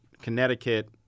Connecticut